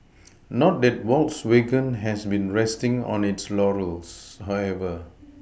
not that Volkswagen has been resting on its laurels however